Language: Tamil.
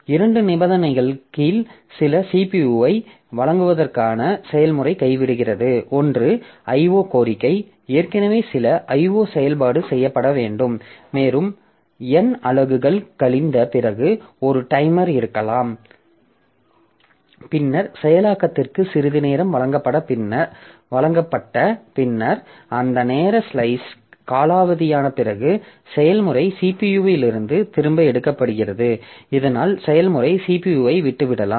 இரண்டு நிபந்தனைகளின் கீழ் சில CPU ஐ வழங்குவதற்கான செயல்முறை கைவிடுகிறது ஒன்று IO கோரிக்கை ஏற்கனவே சில IO செயல்பாடு செய்யப்பட வேண்டும் மேலும் N அலகுகள் கழிந்த பிறகு ஒரு டைமர் இருக்கலாம் பின்னர் செயலாக்கத்திற்கு சிறிது நேரம் வழங்கப்பட்ட பின்னர் அந்த நேர ஸ்லைஸ் காலாவதியான பிறகு செயல்முறை CPU இலிருந்து திரும்ப எடுக்கப்படுகிறது இதனால் செயல்முறை CPU ஐ விட்டுவிடலாம்